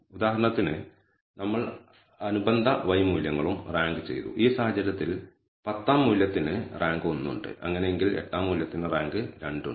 ഉദാഹരണത്തിന് നമ്മൾ അനുബന്ധ y മൂല്യങ്ങളും റാങ്ക് ചെയ്തു ഈ സാഹചര്യത്തിൽ പത്താം മൂല്യത്തിന് റാങ്ക് 1 ഉണ്ട് അങ്ങനെയെങ്കിൽ എട്ടാം മൂല്യത്തിന് റാങ്ക് 2 ഉണ്ട്